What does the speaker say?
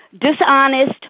dishonest